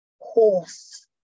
horse